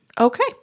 okay